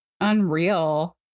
Unreal